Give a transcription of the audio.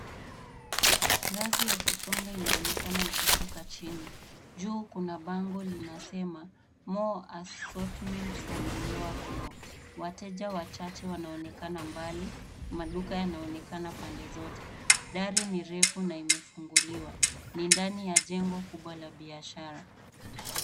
Ngazi ya kusonga inaonekana ikishuka chini. Juu kuna bango linasema more assortments on the lower floor . Wateja wachache wanaonekana mbali. Maduka yanaonekana pande zote. Dari ni refu na imefunguliwa. Ni ndani ya jengo kubwa la biashara.